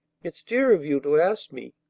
it's dear of you to ask me.